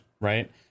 right